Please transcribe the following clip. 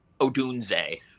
Odunze